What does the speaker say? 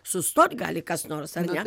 sustot gali kas nors ar ne